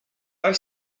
are